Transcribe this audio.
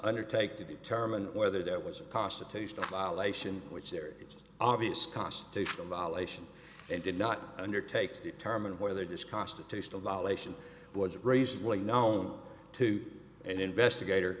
undertake to determine whether that was a constitutional violation which there are obvious constitutional violations and did not undertake to determine whether this constitutional violation was reasonably known to an investigator